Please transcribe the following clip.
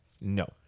No